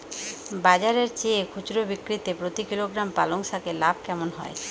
বাজারের চেয়ে খুচরো বিক্রিতে প্রতি কিলোগ্রাম পালং শাকে লাভ কেমন হয়?